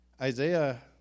Isaiah